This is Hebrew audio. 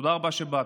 תודה רבה שבאת.